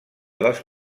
dels